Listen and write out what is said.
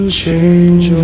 change